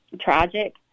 tragic